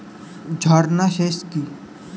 ঝর্না সেচ কি?